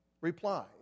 replied